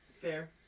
Fair